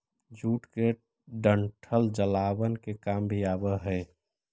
jute के डंठल जलावन के काम भी आवऽ हइ